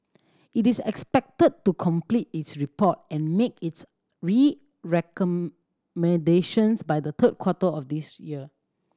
it is expected to complete its report and make its recommendations by the third quarter of this year